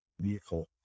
vehicle